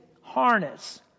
harness